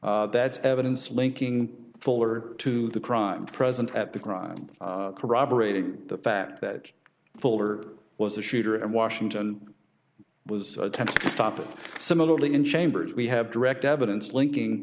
that's evidence linking fuller to the crime present at the crime corroborating the fact that fuller was the shooter and washington was attempting to stop it similarly in chambers we have direct evidence linking